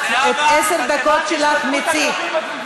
את עשר הדקות שלך מיצית.